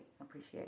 appreciate